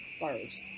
first